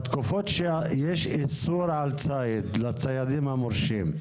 בתקופות שיש איסור על ציד לציידים המורשים,